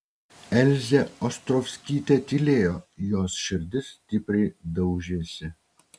elzė ostrovskytė tylėjo jos širdis stipriai daužėsi